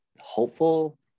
Hopeful